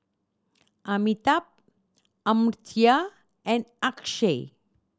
Amitabh Amartya and Akshay